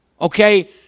Okay